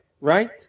right